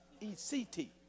E-C-T